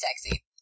Sexy